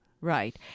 Right